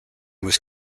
was